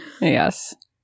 Yes